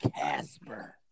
Casper